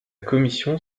commission